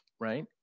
right